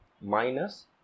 Minus